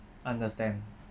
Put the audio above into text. understand